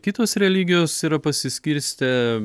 kitos religijos yra pasiskirstę